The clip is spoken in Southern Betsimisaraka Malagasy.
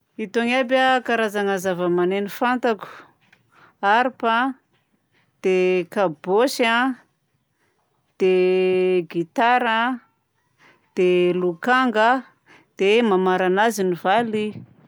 Itony aby a karazagna zavamagneno fantako: harpa dia kabôsy a, dia gitara, dia lokanga a, dia mamaragna azy ny valiha.